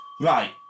Right